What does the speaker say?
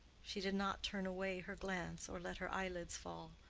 she did not turn away her glance or let her eyelids fall,